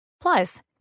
Plus